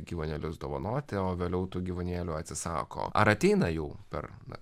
gyvūnėlius dovanoti o vėliau tų gyvūnėlių atsisako ar ateina jų per na